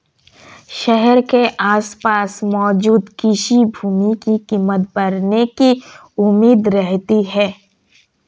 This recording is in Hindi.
शहर के आसपास मौजूद कृषि भूमि की कीमत बढ़ने की उम्मीद रहती है